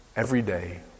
everyday